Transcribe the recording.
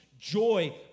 joy